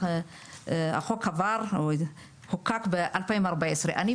החוק חוקק ב-2014.